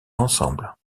ensemble